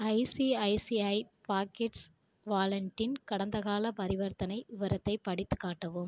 ICICI pockets வாலென்டின் கடந்தகால பரிவர்த்தனை விவரத்தை படித்து காட்டவும்